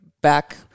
back